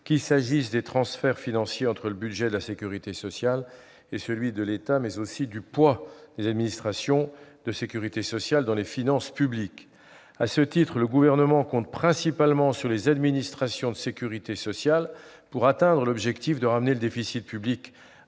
notamment des transferts financiers entre le budget de la sécurité sociale et celui de l'État ou du « poids » des administrations de sécurité sociale dans les finances publiques. À ce titre, le Gouvernement compte principalement sur les administrations de sécurité sociale pour atteindre l'objectif de ramener le déficit public